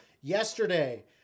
yesterday